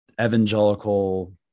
evangelical